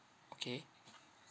okay